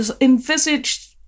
envisaged